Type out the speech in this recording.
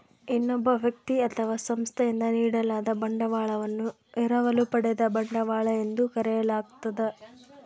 ಇನ್ನೊಬ್ಬ ವ್ಯಕ್ತಿ ಅಥವಾ ಸಂಸ್ಥೆಯಿಂದ ನೀಡಲಾದ ಬಂಡವಾಳವನ್ನು ಎರವಲು ಪಡೆದ ಬಂಡವಾಳ ಎಂದು ಕರೆಯಲಾಗ್ತದ